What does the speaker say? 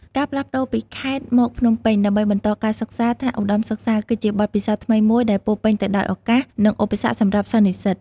ការផ្លាស់ប្ដូរពីខេត្តមកភ្នំពេញដើម្បីបន្តការសិក្សាថ្នាក់ឧត្ដមសិក្សា គឺជាបទពិសោធន៍ថ្មីមួយដែលពោរពេញទៅដោយឱកាស និងឧបសគ្គសម្រាប់សិស្សនិស្សិត។